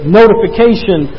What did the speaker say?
notification